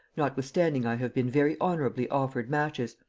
notwithstanding i have been very honorably offered matches,